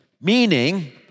Meaning